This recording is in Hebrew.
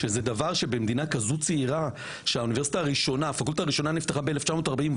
שזה דבר שבמדינה כזו צעירה שהפקולטה הראשונה נפתחה בשנת 1949,